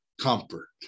comfort